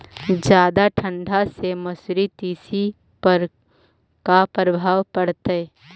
जादा ठंडा से मसुरी, तिसी पर का परभाव पड़तै?